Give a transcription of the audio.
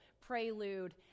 prelude